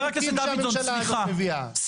אבל --- כל החוקים שהממשלה הזאת מביאה.